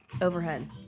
overhead